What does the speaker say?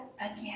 again